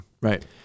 Right